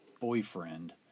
boyfriend